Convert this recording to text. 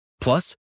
Plus